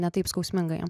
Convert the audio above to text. ne taip skausminga jiem